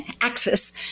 access